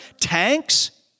Tanks